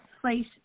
place